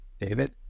David